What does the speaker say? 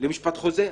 למשפט חוזר.